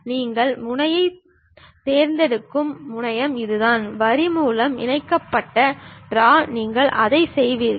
நீங்கள் முனையைத் தேர்ந்தெடுக்கும் முனையம் இதுதான் வரி மூலம் இணைக்கப்பட்ட டிரா நீங்கள் அதைச் செய்வீர்கள்